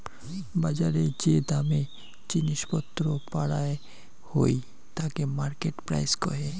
বজারে যে দামে জিনিস পত্র পারায় হই তাকে মার্কেট প্রাইস কহে